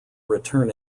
return